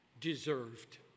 deserved